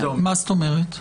מה זאת אומרת?